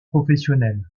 professionnels